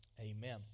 amen